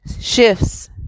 shifts